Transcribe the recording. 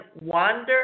wander